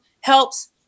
helps